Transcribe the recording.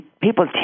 people